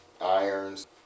Irons